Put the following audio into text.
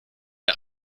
der